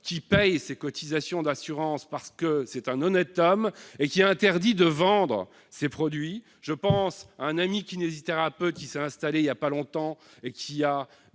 qui paye ses cotisations d'assurance parce que c'est un honnête homme, mais qui a interdiction de vendre ses produits. Je pense à un ami kinésithérapeute, qui s'est installé il n'y a pas longtemps. En plus